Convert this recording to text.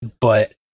but-